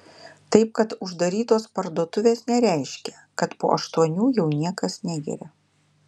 taip kad uždarytos parduotuvės nereiškia kad po aštuonių jau niekas negeria